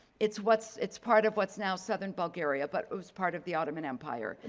it's what's it's part of what's now southern bulgaria, but it was part of the ottoman empire.